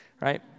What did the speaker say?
right